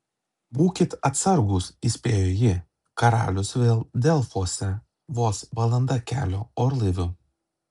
būkit atsargūs įspėjo ji karalius vėl delfuose vos valanda kelio orlaiviu